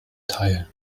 teil